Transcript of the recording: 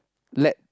let